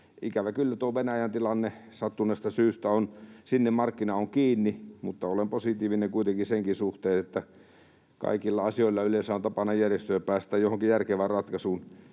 ikävä kyllä tuon Venäjän tilanteen takia sattuneesta syystä sinne markkina on kiinni, mutta olen positiivinen kuitenkin senkin suhteen, että kaikilla asioilla yleensä on tapana järjestyä ja päästään johonkin järkevään ratkaisuun